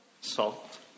Salt